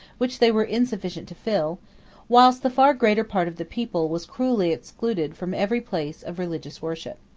which they were insufficient to fill whilst the far greater part of the people was cruelly excluded from every place of religious worship.